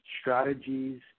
strategies